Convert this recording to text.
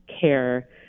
care